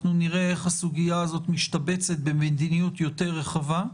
נראה איך הסוגיה הזאת משתבצת במדיניות רחבה יותר,